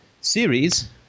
series